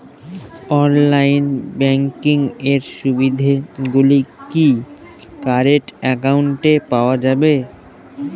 Online banking এর সুবিধে গুলি কি কারেন্ট অ্যাকাউন্টে পাওয়া যাবে?